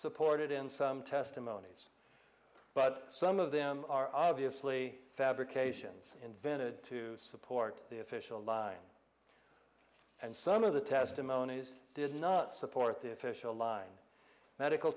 supported in some testimonies but some of them are obviously fabrications invented to support the official line and some of the testimonies did not support the official line medical